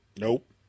Nope